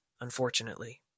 unfortunately